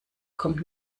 kommt